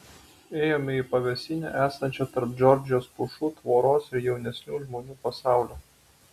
ėjome į pavėsinę esančią tarp džordžijos pušų tvoros ir jaunesnių žmonių pasaulio